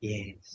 Yes